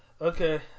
okay